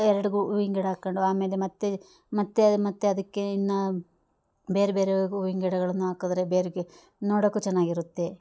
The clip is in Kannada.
ಎರಡು ಹೂವಿನ್ ಗಿಡ ಹಾಕಂಡು ಆಮೇಲೆ ಮತ್ತು ಮತ್ತು ಮತ್ತು ಅದಕ್ಕೆ ಇನ್ನು ಬೇರೆ ಬೇರೆ ಹೂವಿನ್ ಗಿಡಗಳನ್ನ ಹಾಕದ್ರೆ ಬೇರೆರ್ಗೆ ನೋಡೋಕು ಚೆನ್ನಾಗಿರುತ್ತೆ